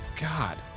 God